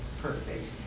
perfect